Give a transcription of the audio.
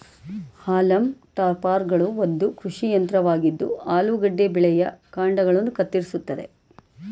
haulm ಟಾಪರ್ಗಳು ಒಂದು ಕೃಷಿ ಯಂತ್ರವಾಗಿದ್ದು ಆಲೂಗೆಡ್ಡೆ ಬೆಳೆಯ ಕಾಂಡಗಳನ್ನ ಕತ್ತರಿಸ್ತದೆ